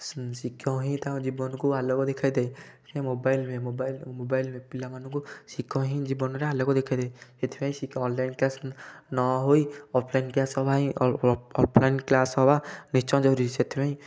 ଶିକ୍ଷକ ହିଁ ତାଙ୍କ ଜୀବନକୁ ଆଲୋକ ଦେଖାଇଥାଏ ସେ ମୋବାଇଲ୍ ନୁହେଁ ମୋବାଇଲ୍ ମୋବାଇଲ୍ ନୁହେଁ ପିଲାମାନଙ୍କୁ ଶିକ୍ଷକ ହିଁ ଜୀବନରେ ଆଲୋକ ଦେଖାଇଥାଏ ସେଥିପାଇଁ ଅନଲାଇନ୍ କ୍ଲାସ୍ ନହୋଇ ଅଫଲାଇନ୍ କ୍ଲାସ୍ ହେବା ହିଁ ଅଫଲାଇନ୍ କ୍ଲାସ୍ ହବା ନିଶ୍ଚୟ ଜରୁରୀ ସେଥିପାଇଁ